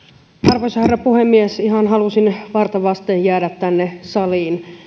arvoisa herra puhemies ihan halusin varta vasten jäädä tänne saliin